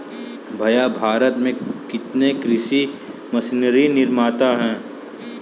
भैया भारत में कितने कृषि मशीनरी निर्माता है?